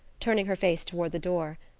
turning her face toward the door.